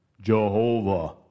Jehovah